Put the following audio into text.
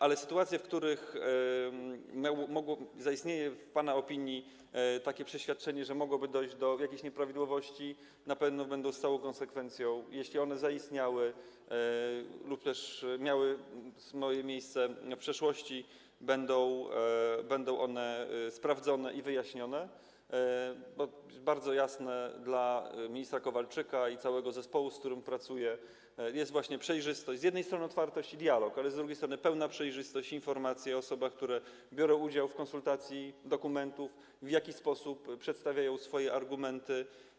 Ale sytuacje, w których mogło zaistnieć w pana opinii takie przeświadczenie, że mogłoby dojść do jakichś nieprawidłowości, na pewno będą z całą konsekwencją, jeśli one zaistniały lub też miały miejsce w przeszłości, sprawdzone i wyjaśnione, bo bardzo istotna dla ministra Kowalczyka i całego zespołu, z którym pracuje, jest właśnie przejrzystość, z jednej strony otwartość i dialog, a z drugiej strony pełna przejrzystość i informacje o osobach, które biorą udział w konsultacji dokumentów, o tym, w jaki sposób przedstawiają swoje argumenty.